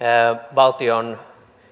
valtion